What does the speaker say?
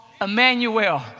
emmanuel